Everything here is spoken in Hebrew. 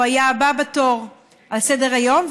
הוא היה הבא בתור על סדר-היום,